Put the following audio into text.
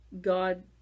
God